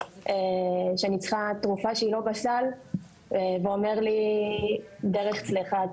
שאני צריכה תרופה שהיא לא בסל והוא אומר לי דרך צלחה,